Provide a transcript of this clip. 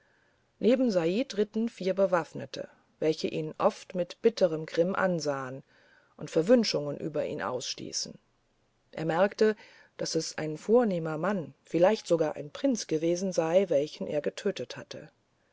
neben said ritten vier bewaffnete welche ihn oft mit bitterem grimm anschauten und verwünschungen über ihn ausstießen er merkte daß es ein vornehmer mann vielleicht sogar ein prinz gewesen sei welchen er getötet hatte